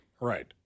Right